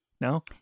No